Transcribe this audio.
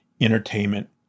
entertainment